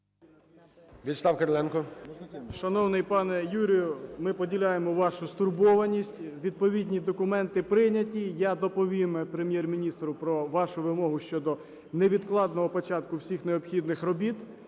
КИРИЛЕНКО В.А. Шановний пане Юрію, ми поділяємо вашу стурбованість. Відповідні документи прийняті. Я доповім Прем'єр-міністру про вашу вимогу щодо невідкладного початку всіх необхідних робіт.